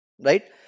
right